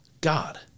God